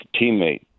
teammate